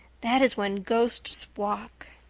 that is when ghosts walk.